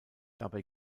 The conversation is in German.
dabei